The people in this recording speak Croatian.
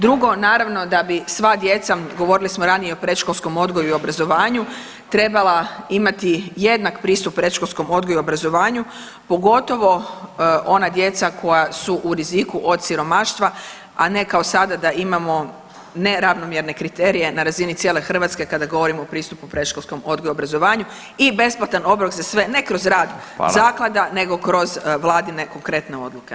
Drugo, naravno da bi sva djeca, govorili smo ranije o predškolskom odgoju i obrazovanju, trebala imati jednak pristup predškolskom odgoju i obrazovanju pogotovo ona djeca koja su u riziku od siromaštva, a ne kao sada da imamo neravnomjerne kriterije na razini cijele Hrvatske kada govorimo o pristupu u predškolskom odgoju i obrazovanju i besplatan obrok za sve, ne kroz rad [[Upadica Radin: Hvala.]] zaklada nego kroz vladine konkretne odluke.